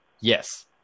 yes